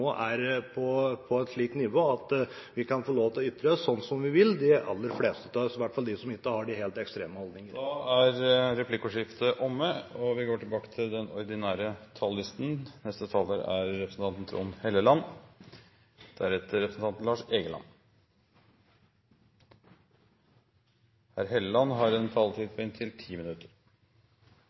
er på et slikt nivå at vi kan få lov til å ytre oss som vi vil, de aller fleste av oss – i hvert fall de som ikke har de helt ekstreme holdningene. Replikkordskiftet er omme. Når kommunal- og forvaltningskomiteen i år har fått gjennomslag for å dele budsjettdebatten i to, er